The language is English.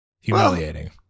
Humiliating